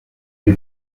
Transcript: les